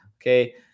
Okay